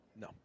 No